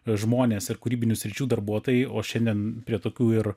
žmonės ir kūrybinių sričių darbuotojai o šiandien prie tokių ir